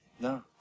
No